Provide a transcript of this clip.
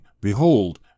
behold